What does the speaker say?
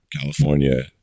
California